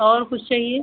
और कुछ चाहिए